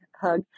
hug